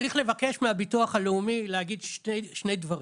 צריך לבקש מהביטוח הלאומי להגיד שני דברים: